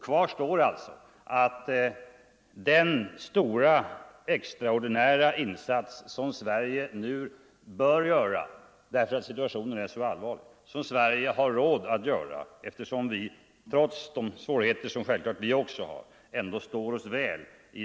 Kvar står alltså behovet av en stor extraordinär insats från Sverige motiverad av att situationen är allvarlig och att Sverige har råd.